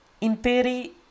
Imperi